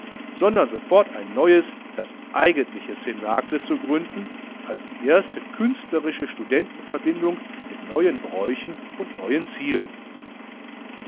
sondern sofort ein neues das eigentliche cnacle zu gründen als die erste künstlerische studentenverbindung mit neuen bräuchen und neuen zielen